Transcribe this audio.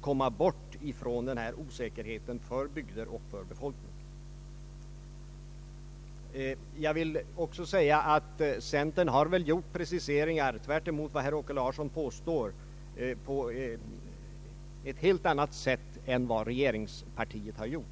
komma bort från denna osäkerhet för bygderna och för befolkningen. Jag vill också säga att centern har gjort preciseringar, tvärtemot vad herr Åke Larsson påstår, på ett helt annat sätt än vad regeringspartiet har gjort.